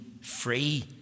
free